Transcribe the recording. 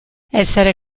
essere